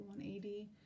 180